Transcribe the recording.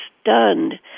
stunned